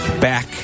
back